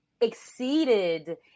exceeded